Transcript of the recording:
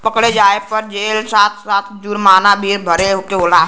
पकड़े जाये पे जेल के साथ साथ जुरमाना भी भरे के होला